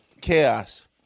chaos